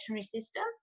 system